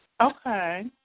Okay